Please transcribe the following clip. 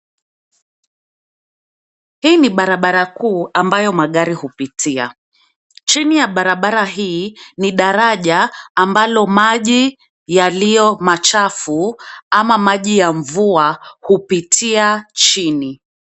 Hii ni barabara kuu ambayo magari hupitia. Chini ya barabara hii ni daraja ambalo maji yaliyo machafu ama maji ya mvua hupitia chini.